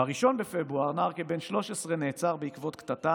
ב-1 בפברואר נער כבן 13 נעצר בעקבות קטטה